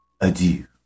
adieu